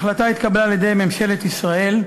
ההחלטה התקבלה על-ידי ממשלת ישראל,